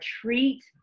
treat